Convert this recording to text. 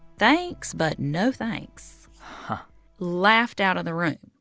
thanks, but no thanks laughed out of the room.